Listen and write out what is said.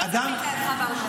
היא לא זכאית להנחה בארנונה.